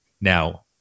Now